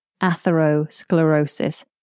Atherosclerosis